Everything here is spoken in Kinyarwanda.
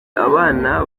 abana